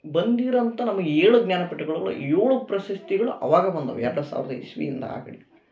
ಬಂದಿರೋ ಅಂಥ ನಮಗೆ ಏಳು ಜ್ಞಾನಪೀಠಗಳಲ್ಲೂ ಏಳು ಪ್ರಶಸ್ತಿಗಳು ಅವಾಗ ಬಂದವು ಎರಡು ಸಾವಿರದ ಇಸವಿಯಿಂದ ಆ ಕಡಿಗೆ